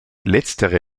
letztere